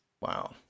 Wow